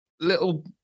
little